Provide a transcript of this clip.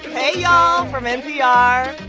hey, y'all. from npr,